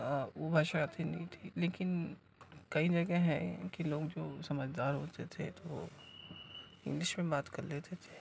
ویسے آتی نہیں تھی لیکن کئی جگہ ہیں کہ لوگ جو سمجھ دار ہوتے تھے تو وہ انگلش میں بھی بات کر لیتے تھے